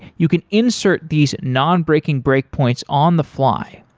you can insert these nonbreaking breakpoints on the fly.